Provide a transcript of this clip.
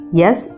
yes